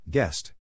Guest